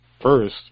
First